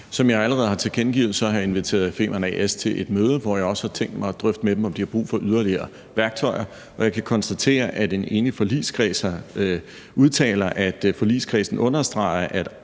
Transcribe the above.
Som jeg allerede har tilkendegivet, har jeg inviteret Femern A/S til et møde, hvor jeg også har tænkt mig at drøfte med dem, om de har brug for yderligere værktøjer. Og jeg kan konstatere, at en enig forligskreds udtaler, at forligskredsen understreger, at